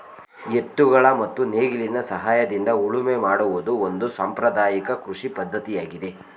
ಎತ್ತುಗಳ ಮತ್ತು ನೇಗಿಲಿನ ಸಹಾಯದಿಂದ ಉಳುಮೆ ಮಾಡುವುದು ಒಂದು ಸಾಂಪ್ರದಾಯಕ ಕೃಷಿ ಪದ್ಧತಿಯಾಗಿದೆ